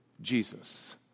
Jesus